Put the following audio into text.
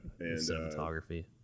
cinematography